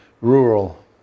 rural